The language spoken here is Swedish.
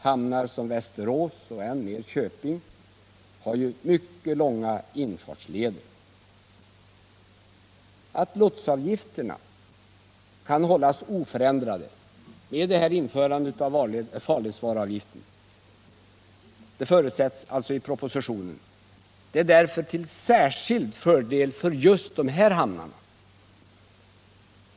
Hamnar som Västerås och än mer Köping har mycket långa infartsleder. Att lotsavgifterna kan hållas oförändrade med införande av den nya farledsvaruavgiften, vilket förutsätts i propositionen, är därför till särskild fördel för dessa hamnar.